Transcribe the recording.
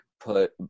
put